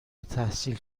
التحصیل